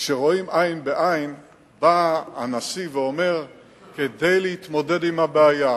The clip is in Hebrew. וכשרואים עין בעין בא הנשיא ואומר: כדי להתמודד עם הבעיה,